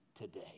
today